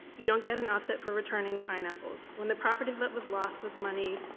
you don't get an offset for returning pineapples. when the property that was lost was money,